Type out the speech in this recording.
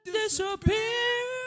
disappear